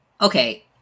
Okay